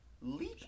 leap